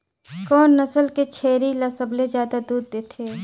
कोन नस्ल के छेरी ल सबले ज्यादा दूध देथे?